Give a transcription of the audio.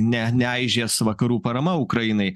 ne neaižės vakarų parama ukrainai